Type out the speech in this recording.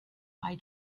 eye